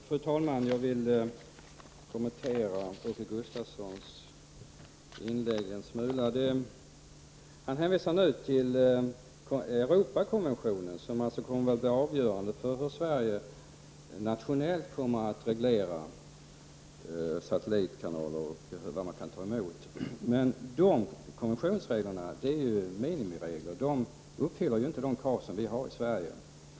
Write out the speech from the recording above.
Fru talman! Jag vill kommentera Åke Gustavssons inlägg en smula. Han hänvisar nu till Europarådskonventionen, som alltså kommer att bli avgörande för hur Sverige nationellt kommer att reglera satellitkanaler och vad man kan ta emot. Men de konventionsreglerna är ju minimiregler. De uppfyller inte de krav som vi har i Sverige.